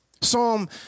Psalm